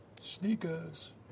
Sneakers